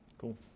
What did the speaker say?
Cool